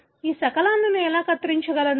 ఈ శకలాలను నేను ఎలా కత్తిరించగలను